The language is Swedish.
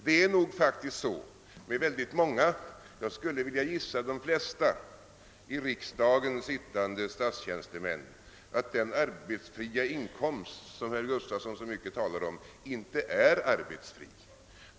Det är nog faktiskt så beträffande många i riksdagen sittande statstjänstemän — jag skulle gissa att det gäller de allra flesta — att den arbetsfria inkomst som herr Gustavsson så mycket talar om inte är arbetsfri.